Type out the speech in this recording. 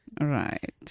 Right